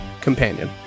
companion